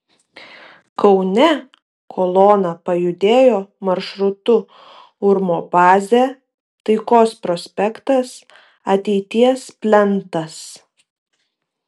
kaune kolona pajudėjo maršrutu urmo bazė taikos prospektas ateities plentas